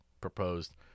proposed